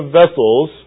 vessels